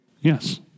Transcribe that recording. Yes